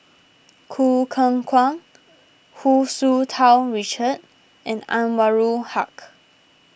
Choo Keng Kwang Hu Tsu Tau Richard and Anwarul Haque